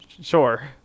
Sure